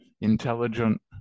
intelligent